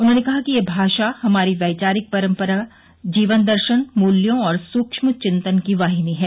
उन्होंने कहा कि यह भाषा हमारी वैचारिक परम्परा जीवनदर्शन मूल्यों और सूक्ष्म चिंतन की वाहिनी है